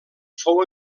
fou